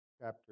chapter